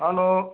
hello